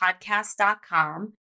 podcast.com